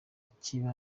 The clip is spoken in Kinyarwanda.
kiba